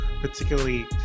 particularly